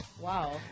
Wow